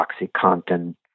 OxyContin